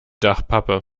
dachpappe